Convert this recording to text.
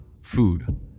Food